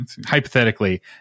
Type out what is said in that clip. hypothetically